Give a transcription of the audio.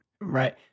Right